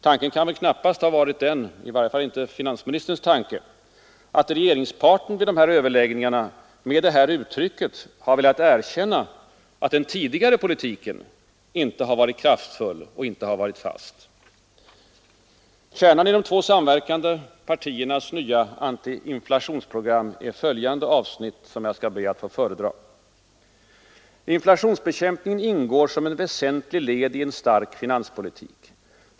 Tanken kan väl knappast ha varit — i varje fall inte finansministerns tanke — att regeringsparten vid överläggningarna med det här uttrycket har velat erkänna att den tidigare politiken inte har varit ”kraftfull” och inte har varit ”fast”? Kärnan i de två samverkande partiernas nya anti-inflationsprogram är följande avsnitt, som jag skall be att få föredra: ”Inflationsbekämpningen ingår som ett väsentligt led i en stark finanspolitik.